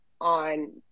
on